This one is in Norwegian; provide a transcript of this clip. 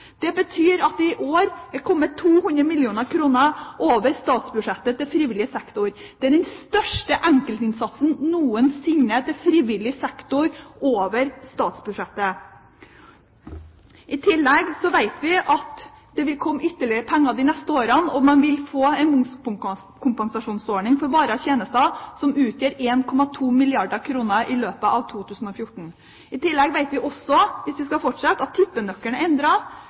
Det betyr at det i år er kommet 200 mill. kr over statsbudsjettet til frivillig sektor. Det er den største enkeltinnsatsen noensinne til frivillig sektor over statsbudsjettet. I tillegg vet vi at det vil komme ytterligere penger de neste årene, og man vil få en momskompensasjonsordning for varer og tjenester som utgjør 1,2 milliarder kr i løpet av 2014. I tillegg vet vi også – hvis jeg skal fortsette – at tippenøkkelen